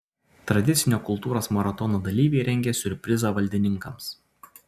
tradicinio kultūros maratono dalyviai rengia siurprizą valdininkams